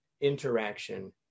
interaction